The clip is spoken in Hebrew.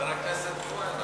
חבר הכנסת כהן,